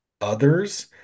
others